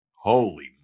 Holy